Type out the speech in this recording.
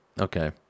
Okay